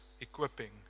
equipping